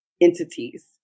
entities